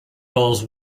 dollars